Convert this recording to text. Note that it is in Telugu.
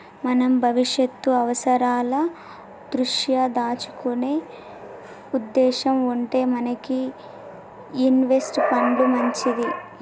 మనం భవిష్యత్తు అవసరాల దృష్ట్యా దాచుకునే ఉద్దేశం ఉంటే మనకి ఇన్వెస్ట్ పండ్లు మంచిది